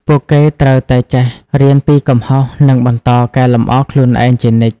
ពួកគេត្រូវតែចេះរៀនពីកំហុស និងបន្តកែលម្អខ្លួនឯងជានិច្ច។